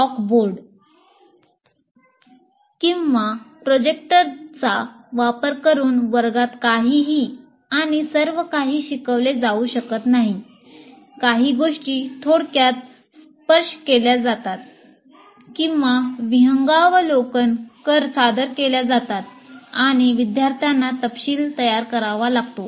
chalkboard किंवा प्रोजेक्टरचा वापर करून वर्गात काहीही आणि सर्व काही शिकवले जाऊ शकत नाही काही गोष्टी थोडक्यात स्पर्श केल्या जातात किंवा विहंगावलोकन सादर केल्या जातात आणि विद्यार्थ्यांना तपशील तयार करावा लागतो